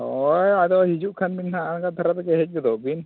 ᱦᱳᱭ ᱟᱫᱚ ᱦᱤᱡᱩᱜ ᱠᱷᱟᱱ ᱵᱤᱱ ᱦᱟᱜ ᱟᱬᱜᱟᱛ ᱫᱷᱟᱨᱟ ᱨᱮᱜᱮ ᱦᱮᱡ ᱜᱚᱫᱚᱜ ᱵᱤᱱ